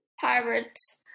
pirates